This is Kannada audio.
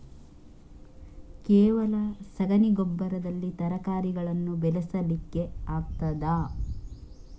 ಕೇವಲ ಸಗಣಿ ಗೊಬ್ಬರದಲ್ಲಿ ತರಕಾರಿಗಳನ್ನು ಬೆಳೆಸಲಿಕ್ಕೆ ಆಗ್ತದಾ?